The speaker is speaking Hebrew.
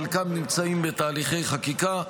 חלקם נמצאים בתהליכי חקיקה.